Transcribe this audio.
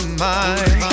mind